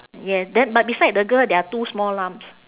yes then but beside the girl there are two small lumps